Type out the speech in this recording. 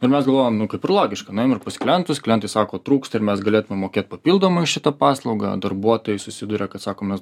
ir mes galvojam nu kaip ir logiška nuėjom ir pas klientus klientai sako trūksta ir mes galėtume mokėt papildomai už šitą paslaugą darbuotojai susiduria kad sako mes